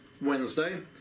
Wednesday